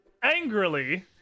angrily